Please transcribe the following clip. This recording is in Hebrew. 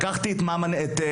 לקחתי את אתנה,